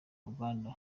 uganda